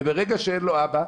וברגע שאין לו אבא,